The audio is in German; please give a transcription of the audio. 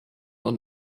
und